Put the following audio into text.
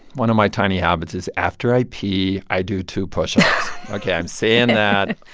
one of my tiny habits is after i pee, i do two pushups ok, i'm saying that.